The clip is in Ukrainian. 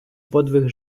подвиг